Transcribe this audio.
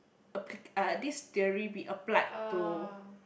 applic~ uh this theory be applied to